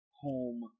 home